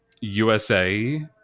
USA